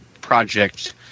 project